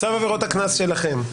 צו עבירות הקנס שלכם.